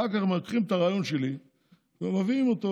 אחר כך מנתחים את הרעיון שלי ומביאים אותו